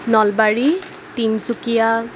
Nalbari Tinsukia